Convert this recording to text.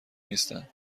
نیستند